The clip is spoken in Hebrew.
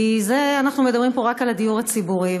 אנחנו מדברים פה רק על הדיור הציבורי,